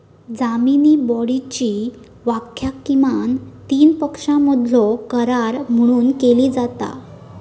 जामीन बाँडची व्याख्या किमान तीन पक्षांमधलो करार म्हणून केली जाता